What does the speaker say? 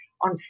on